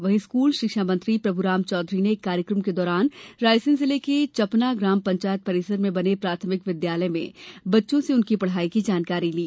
वहीं स्कूली शिक्षा मंत्री प्रभुराम चौधरी ने एक कार्यक्रम के दौरान रायसेन जिले के चपना ग्रामपंचायत परिसर में बने प्राथमिक विद्यालय में बच्चों से उनकी पढ़ाई की जानकारी ली